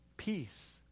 peace